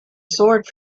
sword